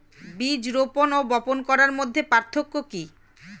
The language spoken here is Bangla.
বীজ রোপন ও বপন করার মধ্যে পার্থক্য কি?